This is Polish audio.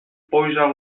spojrzał